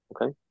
Okay